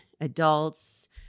Adults